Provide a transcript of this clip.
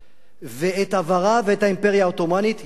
ואת עברה ואת האימפריה העות'מאנית, יש פרק אחד,